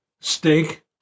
Steak